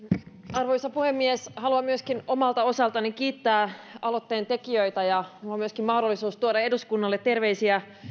arvoisa puhemies haluan myöskin omalta osaltani kiittää aloitteentekijöitä minulla on myöskin mahdollisuus tuoda eduskunnalle terveisiä